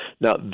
Now